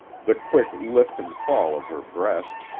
the quick lift and fall of her breast,